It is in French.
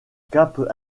cape